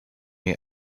may